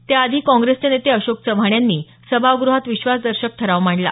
त्याआधी काँग्रेसचे नेते अशोक चव्हाण यांनी सभागृहात विश्वासदर्शक ठराव मांडला